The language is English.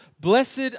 blessed